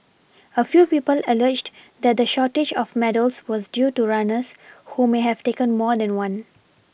a few people alleged that the shortage of medals was due to runners who may have taken more than one